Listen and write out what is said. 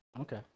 Okay